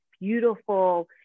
beautiful